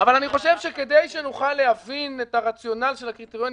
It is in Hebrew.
אבל אני חושב שכדי שנוכל להבין את הרציונל של הקריטריונים,